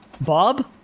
Bob